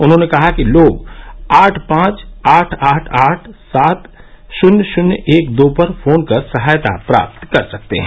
उन्होंने कहा कि लोग आठ पांच आठ आठ आठ सात शून्य शून्य एक दो पर फोन कर सहायता प्राप्त कर सकते हैं